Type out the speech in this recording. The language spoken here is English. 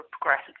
progress